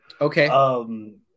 Okay